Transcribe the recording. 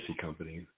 company